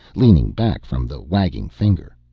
leaning back from the wagging finger.